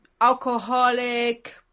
alcoholic